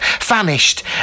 vanished